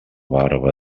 barba